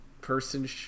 person